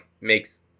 makes